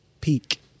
peak